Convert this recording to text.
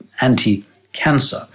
anti-cancer